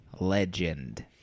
legend